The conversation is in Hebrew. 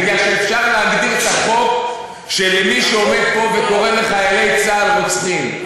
מפני שאפשר להגדיר את החוק של מי שעומד פה וקורא לחיילי צה"ל רוצחים,